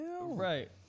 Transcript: right